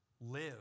live